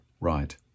right